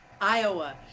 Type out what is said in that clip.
Iowa